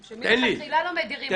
שמלכתחילה לא מדירים אותו.